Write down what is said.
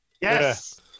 Yes